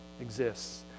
exists